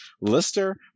Lister